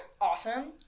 awesome